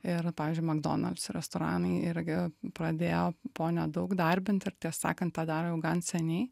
ir pavyzdžiui mcdonalds restoranai irgi pradėjo po nedaug darbinti ir tiesą sakant tą daro jau gan seniai